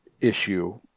issue